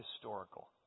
historical